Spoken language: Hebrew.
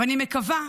ואני מקווה,